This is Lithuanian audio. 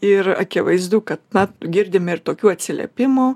ir akivaizdu kad na girdime ir tokių atsiliepimų